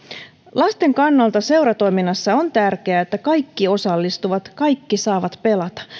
lasten kannalta seuratoiminnassa on tärkeää että kaikki osallistuvat kaikki saavat pelata